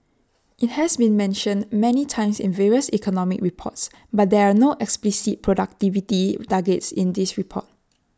IT has been mentioned many times in various economic reports but there are no explicit productivity targets in this report